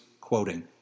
quoting